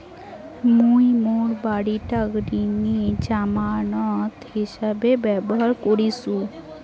মুই মোর বাড়িটাক ঋণের জামানত হিছাবে ব্যবহার করিসু